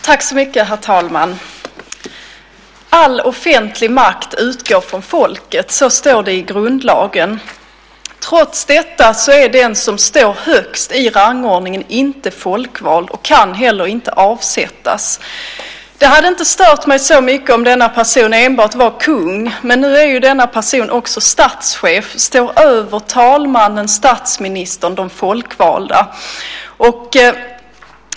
Herr talman! "All offentlig makt i Sverige utgår från folket". Så står det i grundlagen. Trots detta är den som står högst i rangordningen inte folkvald och kan heller inte avsättas. Det hade inte stört mig så mycket om denna person enbart var kung, men nu är denna person också statschef och står över talmannen, statsministern och de folkvalda.